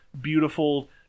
beautiful